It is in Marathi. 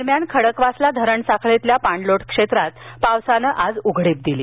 दरम्यान खडकवासला धरण साखळीतील पाणलोट क्षेत्रात पावसानं आज उघडीप दिली